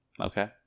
Okay